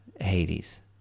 Hades